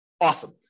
Awesome